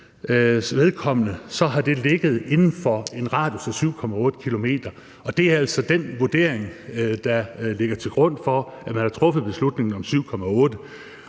vedkommende har de ligget inden for en radius af 7,8 km. Og det er altså den vurdering, der ligger til grund for, at man har truffet beslutningen om de 7,8 km.